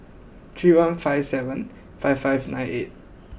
three one five seven five five nine eight